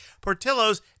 Portillo's